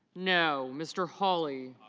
no. mr. holly